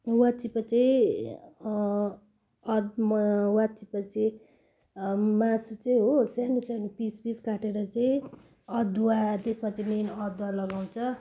वाचिपा चाहिँ अदमा वाचिपा चाहिँ मासु चाहिँ हो सानो सानो पिस पिस काटेर चाहिँ अदुवा त्यसमा चाहिँ मेन अदुवा लगाउँछ